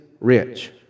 rich